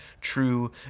true